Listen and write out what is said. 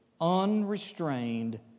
unrestrained